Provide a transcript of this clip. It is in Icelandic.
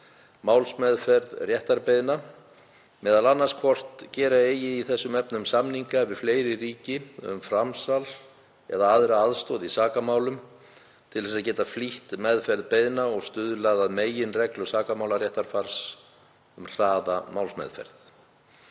málsmeðferð réttarbeiðna, m.a. hvort gera eigi í þessum efnum samninga við fleiri ríki um framsal eða aðra aðstoð í sakamálum til þess að geta flýtt meðferð beiðna og stuðlað að meginreglu sakamálaréttarfars um hraða málsmeðferð.